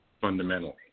fundamentally